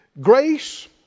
Grace